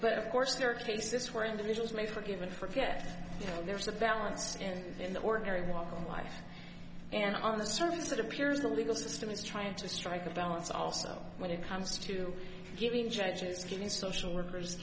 but of course there are cases where individuals may forgive and forget there's a balance and in the ordinary walk of life and on the surface it appears the legal system is trying to strike a balance also when it comes to giving judges giving social workers